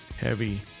Heavy